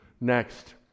Next